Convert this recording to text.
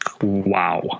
wow